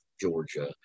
Georgia